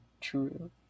True